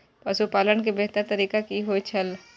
पशुपालन के बेहतर तरीका की होय छल?